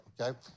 okay